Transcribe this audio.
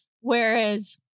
Whereas